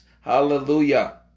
Hallelujah